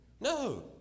no